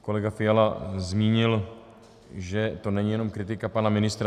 Kolega Fiala zmínil, že to není jenom kritika pana ministra.